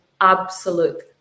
absolute